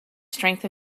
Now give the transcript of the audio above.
strength